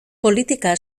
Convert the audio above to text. politika